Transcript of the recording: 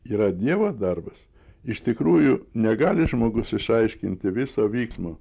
yra dievo darbas iš tikrųjų negali žmogus išaiškinti viso vyksmo